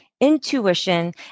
intuition